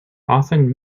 often